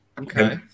Okay